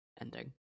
ending